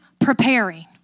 preparing